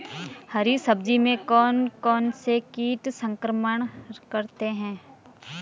हरी सब्जी में कौन कौन से कीट संक्रमण करते हैं?